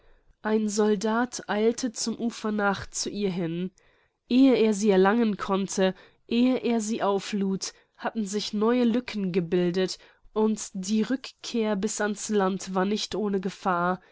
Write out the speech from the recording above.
ein soldat eilte vom ufer nach zu ihr hin ehe er sie erlangen konnte ehe er sie auflud hatten sich neue lücken gebildet und die rückkehr bis an's land war nicht ohne gefahr